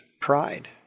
pride